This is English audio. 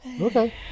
Okay